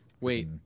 wait